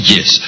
Yes